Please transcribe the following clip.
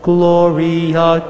Gloria